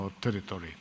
territory